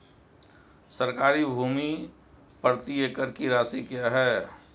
सरकारी भूमि प्रति एकड़ की राशि क्या है?